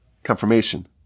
confirmation